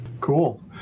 cool